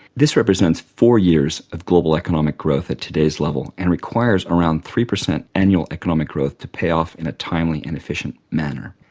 this represents four years of global economic growth at today's level and requires around three percent annual economic growth to pay off in a timely and efficient manner.